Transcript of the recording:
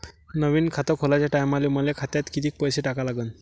नवीन खात खोलाच्या टायमाले मले खात्यात कितीक पैसे टाका लागन?